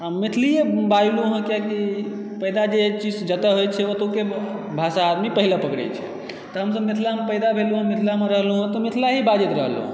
आ मैथिलीए बाजलहुँ किआकि पैदा जे चीज जतए होइ छै ओतुके भाषा आदमी पहिले पकड़ै छै तऽ हमसब मिथिलामे पैदा भेलहुँ मिथिलेमे रहलहुँ तऽ मिथिला ही बाजैत रहलहुँ